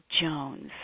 Jones